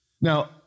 Now